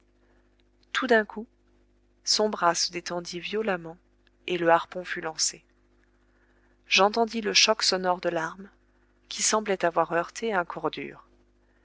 tout d'un coup son bras se détendit violemment et le harpon fut lancé j'entendis le choc sonore de l'arme qui semblait avoir heurté un